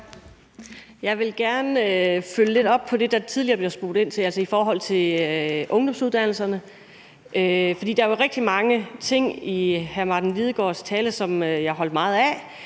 Jeg vil gerne følge lidt op på det, der tidligere blev spurgt ind til, i forhold til ungdomsuddannelserne, for der var jo rigtig mange ting i hr. Martin Lidegaards tale, som jeg holdt meget af.